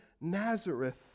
Nazareth